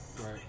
right